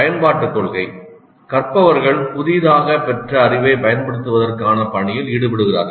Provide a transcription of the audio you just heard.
பயன்பாட்டுக் கொள்கை கற்பவர்கள் புதிதாகப் பெற்ற அறிவைப் பயன்படுத்துவதற்கான பணியில் ஈடுபடுகிறார்கள்